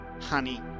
Honey